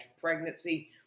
pregnancy